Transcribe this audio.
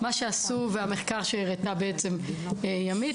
המחקר שהראתה ימית,